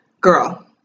girl